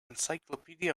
encyclopedia